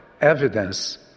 evidence